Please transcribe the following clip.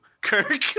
Kirk